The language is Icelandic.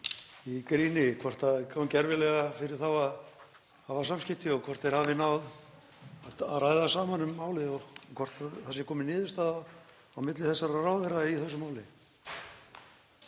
í gríni, hvort það gangi erfiðlega fyrir þá að hafa samskipti og hvort þeir hafi náð að ræða saman um málið og hvort það sé komin niðurstaða milli þessara ráðherra í þessu máli.